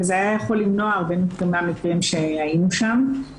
וזה היה יכול למנוע הרבה מהמקרים שהיינו שם.